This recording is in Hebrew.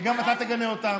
וגם אתה תגנה אותם.